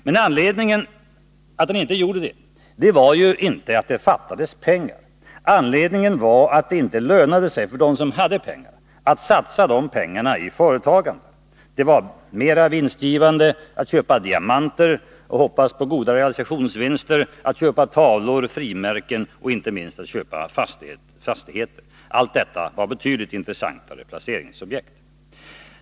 Men anledningen till att den inte gjorde det var inte att det fattades pengar. Anledningen var att det inte lönade sig för dem som hade pengar att satsa dem i företagande. Det var mer vinstgivande att köpa diamanter och hoppas på goda realisationsvinster, att köpa tavlor, frimärken och inte minst fastigheter — allt detta var betydligt intressantare placeringsobjekt.